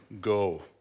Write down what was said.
go